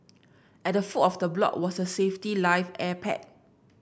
at the foot of the block was a safety life air pack